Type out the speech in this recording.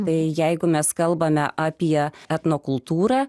tai jeigu mes kalbame apie etnokultūrą